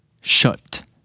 shut